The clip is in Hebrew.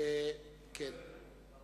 אנחנו